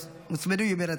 שהוצמדו יהיו ברצף.